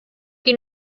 qui